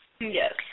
yes